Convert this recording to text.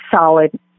solid